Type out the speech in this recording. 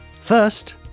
First